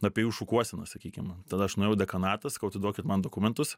apie jų šukuosenas sakykim tada aš nuėjau į dekanatą sakau atiduokit man dokumentus